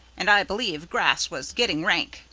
and i believe grass was getting rank,